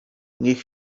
niech